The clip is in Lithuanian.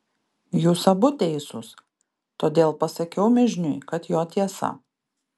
jūs abu teisūs todėl pasakiau mižniui kad jo tiesa